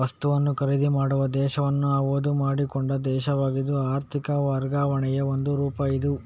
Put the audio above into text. ವಸ್ತುವನ್ನ ಖರೀದಿ ಮಾಡುವ ದೇಶವನ್ನ ಆಮದು ಮಾಡಿಕೊಂಡ ದೇಶವಾಗಿದ್ದು ಆರ್ಥಿಕ ವರ್ಗಾವಣೆಯ ಒಂದು ರೂಪ ಇದು